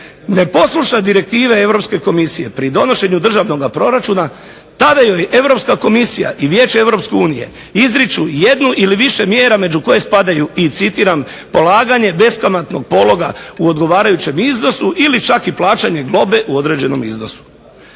ne posluša direktive Europske komisije pri donošenju državnog proračuna, tada joj Europska komisija i Vijeće EU izriču jednu ili više mjera među koje spadaju polaganje beskamatnog pologa u odgovarajućem iznosu ili čak i plaćanje globe u određenom iznosu".